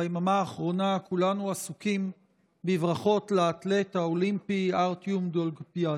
כולנו עסוקים בברכות לאתלט האולימפי ארטיום דולגופיאט.